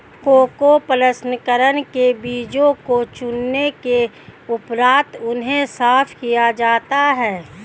cocoa प्रसंस्करण में बीजों को चुनने के उपरांत उन्हें साफ किया जाता है